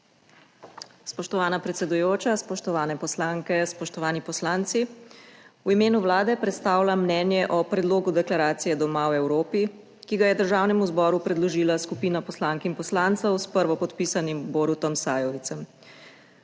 Spoštovana predsedujoča, spoštovane poslanke, spoštovani poslanci! V imenu Vlade predstavljam mnenje o predlogu deklaracije Doma v Evropi, ki ga je Državnemu zboru predložila skupina poslank in poslancev s prvopodpisanim Borutom Sajovicem.